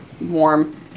warm